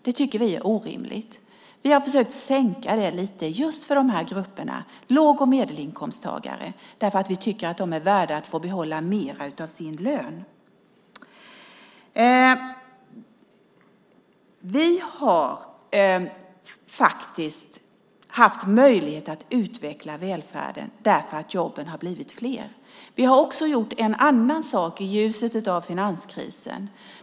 Det tycker vi är orimligt. Vi har försökt sänka det lite just för de här grupperna, låg och medelinkomsttagare, för att vi tycker att de är värda att få behålla mer av sin lön. Vi har haft möjlighet att utveckla välfärden för att jobben har blivit fler. Vi har också gjort en annan sak i ljuset av finanskrisen.